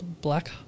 Black